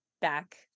back